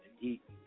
eat